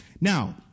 Now